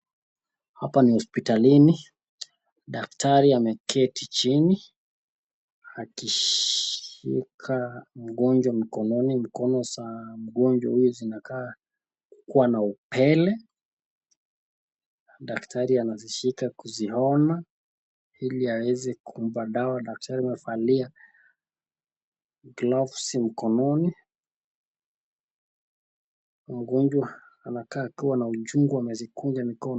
Hapa ni hospitalini, daktari ameketi chini akishika mgonjwa mkononi. Mkono za mgonjwa huyu zinakaa kuwa na upele. Daktari anazishika kuziona ili aweze kumpa dawa. Daktari anavalia glavsi mkononi. Mgonjwa anakaa kuwa na uchungu ameweza kukunja mkono.